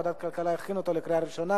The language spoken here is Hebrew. ועדת הכלכלה הכינה אותו לקריאה ראשונה.